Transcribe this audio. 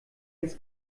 ins